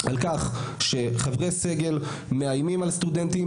על כך שחברי סגל מאיימים על סטודנטים,